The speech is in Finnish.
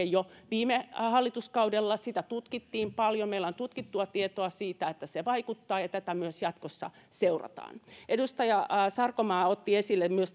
jo viime hallituskaudella sitä tutkittiin paljon meillä on tutkittua tietoa siitä että se vaikuttaa ja tätä myös jatkossa seurataan edustaja sarkomaa otti esille myös